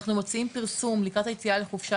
אנחנו מוציאים פרסום לקראת היציאה לחופשה